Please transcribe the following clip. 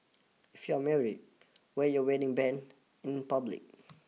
if you're married wear your wedding band in public